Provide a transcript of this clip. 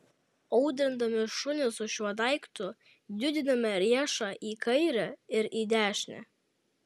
audrindami šunį su šiuo daiktu judiname riešą į kairę ir į dešinę